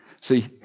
See